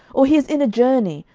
or he is in a journey,